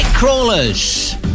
Crawlers